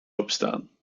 openstaan